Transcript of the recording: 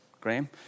Graham